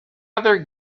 other